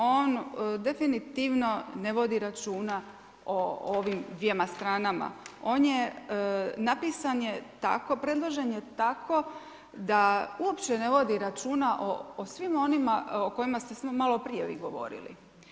On definitivno ne vodi računa o ovim dvjema stranama, on je napisan tako, predložen je tako da uopće ne vodi računa o svima onima kojima ste vi maloprije govorili.